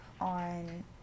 on